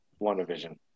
WandaVision